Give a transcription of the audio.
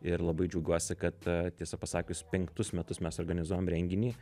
ir labai džiaugiuosi kad tiesą pasakius penktus metus mes organizuojam renginį